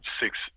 six